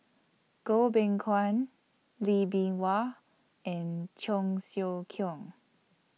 Goh Beng Kwan Lee Bee Wah and Cheong Siew Keong